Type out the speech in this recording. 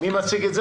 מי מציג?